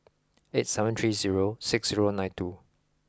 eight seven three zero six zero nine two